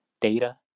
data